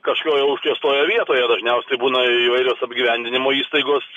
kažkokioje užkrėstoje vietoje dažniausiai būna įvairios apgyvendinimo įstaigos